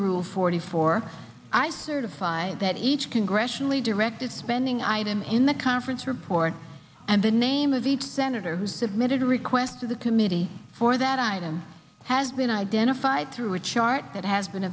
rule forty four i certify that each congressionally directed spending item in the conference report and the name of each senator who submitted a request to the committee for that item has been identified through a chart that has been